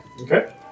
Okay